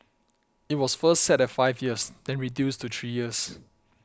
it was first set at five years then reduced to three years